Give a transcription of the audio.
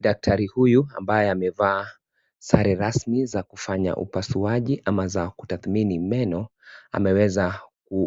Daktari huyu ambaye amevaa sare rasmi za kufanya upasuaji ama za kutathmini meno ameweza